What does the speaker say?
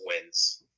wins